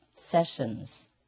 sessions